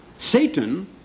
Satan